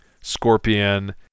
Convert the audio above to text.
scorpion